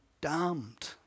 damned